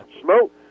Smoke